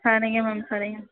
சரிங்க மேம் சரிங்க